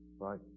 Right